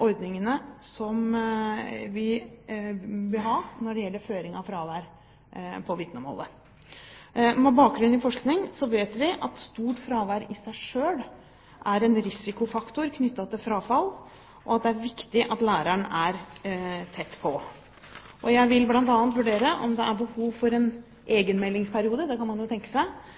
ordningene som vi vil ha når det gjelder føring av fravær på vitnemålet. Med bakgrunn i forskning vet vi at stort fravær i seg selv er en risikofaktor knyttet til frafall, og at det er viktig at læreren er tett på. Jeg vil bl.a. vurdere om det er behov for en egenmeldingsperiode – det kan man jo tenke seg